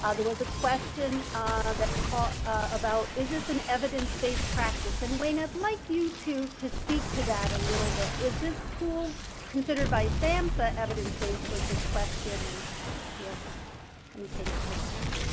ah there was a question of that call about, is this an evidence-based practice, and wayne, i'd like you to to speak to that a little bit is this tool considered by samhsa evidence-based, was the question, and we'll kind of take it from there.